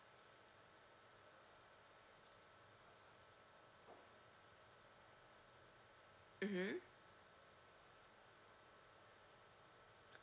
mmhmm